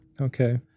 Okay